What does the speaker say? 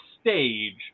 stage